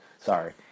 sorry